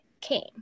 came